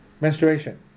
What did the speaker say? menstruation